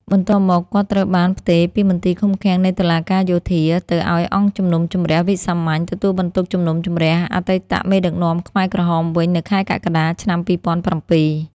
បន្ទាប់មក គាត់ ត្រូវបានផ្ទេរពីមន្ទីរឃុំឃាំងនៃតុលាការយោធា ទៅឱ្យអង្គជំនុំជម្រះវិសាមញ្ញ ទទួលបន្ទុកជំនុំជម្រះអតីតមេដឹកនាំខ្មែរក្រហមវិញនៅខែកក្កដា ឆ្នាំ ២០០៧។